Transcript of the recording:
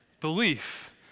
belief